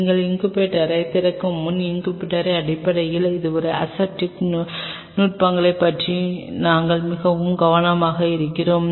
நீங்கள் இன்குபேட்டரைத் திறக்கும்போது இன்குபேட்டரின் அடிப்படையில் உங்கள் அசெப்டிக் நுட்பங்களைப் பற்றி நாங்கள் மிகவும் கவனமாக இருக்கிறோம்